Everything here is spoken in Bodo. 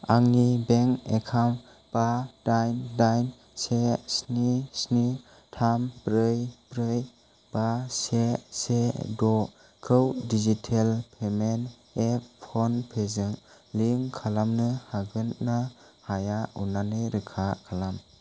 आंनि बेंक एकाउन्ट बा दाइन दाइन से स्नि स्नि थाम ब्रै ब्रै बा से से द' खौ डिजिटेल पेमेन्ट एप फनपेजों लिंक खालामनो हागोन ना हाया अन्नानै रोखा खालाम